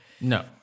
No